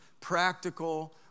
practical